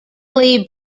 lee